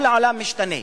כל העולם משתנה.